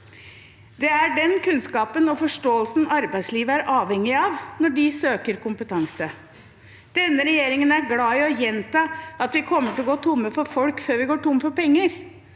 Det er den kunnskapen og forståelsen arbeidslivet er avhengig av når man søker kompetanse. Denne regjeringen er glad i å gjenta at vi kommer til å gå tom for folk før vi går tom for penger.